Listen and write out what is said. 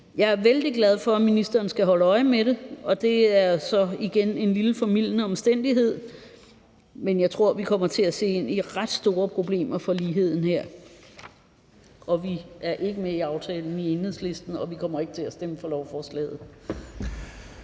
Jeg er vældig glad for, at ministeren skal holde øje med det, og det er så igen en lille formildende omstændighed. Men jeg tror, at vi kommer til at se ind i ret store problemer for ligheden her. Vi er i Enhedslisten ikke med i aftalen, og vi kommer ikke til at stemme for lovforslaget.